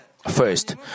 First